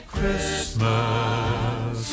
Christmas